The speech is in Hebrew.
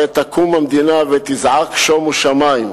הרי תקום המדינה ותזעק, שומו שמים.